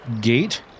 gate